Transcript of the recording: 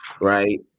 right